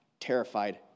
terrified